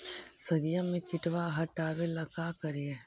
सगिया से किटवा हाटाबेला का कारिये?